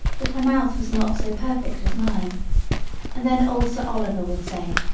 that her mouth was not so perfect as mine and then old sir oliver would say,